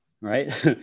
right